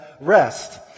rest